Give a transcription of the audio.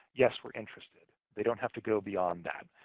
yes, we're interested. they don't have to go beyond that.